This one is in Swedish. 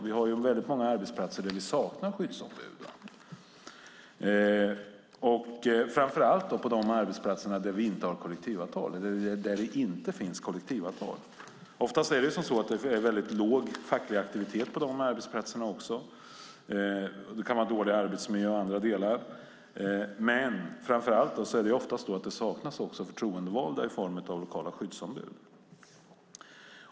På väldigt många arbetsplatser saknas det skyddsombud, framför allt de arbetsplatser där det inte finns kollektivavtal. Oftast är det låg facklig aktivitet på de arbetsplatserna också. Det kan vara dålig arbetsmiljö och annat. Men framför allt saknas det ofta förtroendevalda i form av lokala skyddsombud.